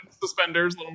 Suspenders